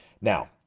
now